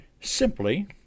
simply